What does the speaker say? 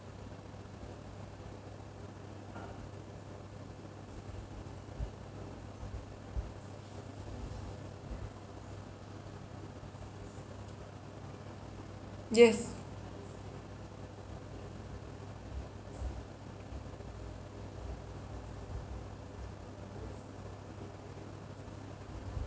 yes